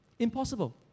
Impossible